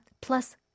plus